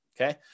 okay